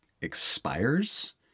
expires